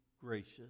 gracious